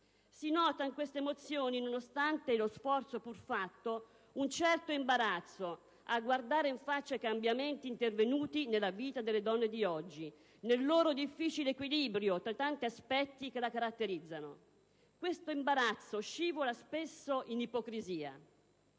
Si nota in questa mozione, nonostante lo sforzo pur fatto, un certo imbarazzo a guardare in faccia i cambiamenti intervenuti nella vita delle donne di oggi, nel loro difficile equilibrio tra tanti aspetti che la caratterizzano. Questo imbarazzo scivola spesso in ipocrisia.